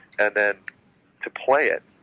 and then to play it,